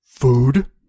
Food